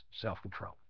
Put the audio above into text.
self-control